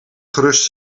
gerust